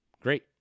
great